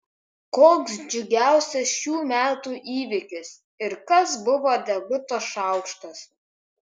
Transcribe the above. koks džiugiausias šių metų įvykis ir kas buvo deguto šaukštas